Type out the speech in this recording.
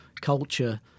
culture